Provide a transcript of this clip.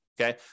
Okay